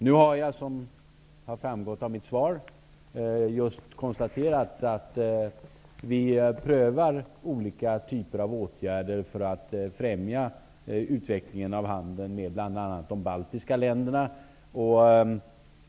Jag konstaterade i mitt svar att vi prövar olika typer av åtgärder för att främja utvecklingen av handeln med bl.a. de baltiska länderna.